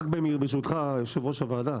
אדוני יושב-ראש הוועדה,